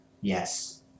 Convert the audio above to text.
Yes